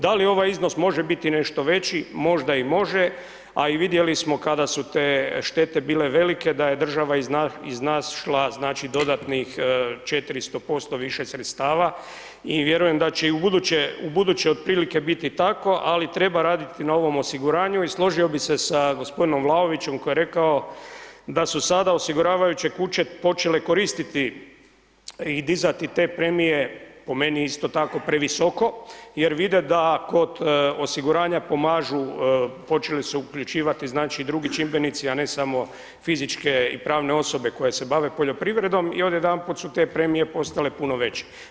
Da li ovaj iznos može biti i nešto veći, možda i može, a i vidjeli smo kada su te štete bile velike, da je država iznašla dodatnih 400% više sredstava i vjerujem da će i ubuduće otprilike biti tako, ali treba raditi na ovom osiguranju i složio bih se sa g. Vlaovićem koji je rekao da su sada osiguravajuće kuće počele koristiti i dizati te premije, po meni isto tako previsoko jer vide da kod osiguranja pomažu, počeli su uključivati znači i drugi čimbenici, a ne samo fizičke i pravne osobe koje se bave poljoprivredom i odjedanput su te premije postale puno veće.